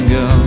go